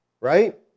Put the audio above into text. Right